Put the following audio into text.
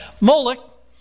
Moloch